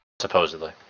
Supposedly